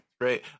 Great